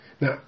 Now